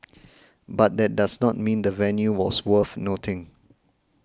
but that does not mean the venue was worth nothing